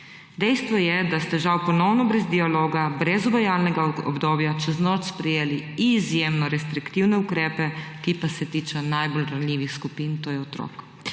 Dejstvo je, da ste žal ponovno brez dialoga, brez uvajalnega obdobja čez noč sprejeli izjemno restriktivne ukrepe, ki pa se tičejo najbolj ranljivih skupin, to je otrok.